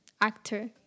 actor